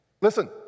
Listen